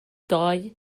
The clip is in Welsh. doe